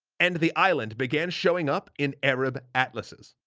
and the island began showing up in arab atlases.